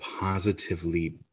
positively